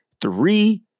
three